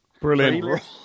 Brilliant